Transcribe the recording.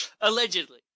Allegedly